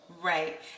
Right